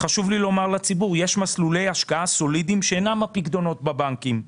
חשוב לי לומר לציבור שיש מסלולי השקעה סולידיים שאינם הפיקדונות בבנקים.